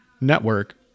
network